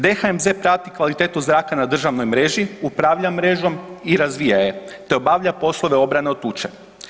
DHMZ prati kvalitetu zraka na državnoj mreži, upravlja mrežom i razvija je te obavlja poslove obrane od tuče.